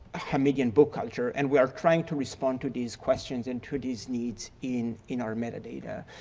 ah hamidian book culture and we are trying to respond to these questions and to these needs in in our metadata.